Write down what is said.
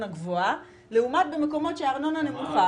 גבוהה לעומת במקומות שהארנונה נמוכה,